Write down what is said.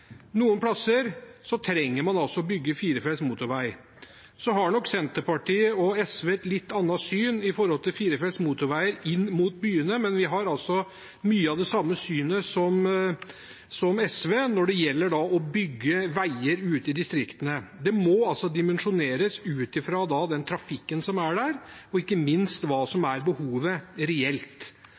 Noen steder trenger man å bygge firefelts motorvei. Så har nok Senterpartiet og SV et litt annet syn på firefelts motorveier inn mot byene, men vi har mye av det samme synet som SV også når det gjelder å bygge veier ute i distriktene. Det må dimensjoneres ut fra den trafikken som er der, ikke minst hva som er behovet reelt.